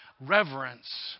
reverence